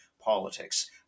politics